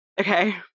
Okay